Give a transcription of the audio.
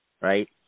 Right